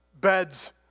beds